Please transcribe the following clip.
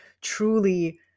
truly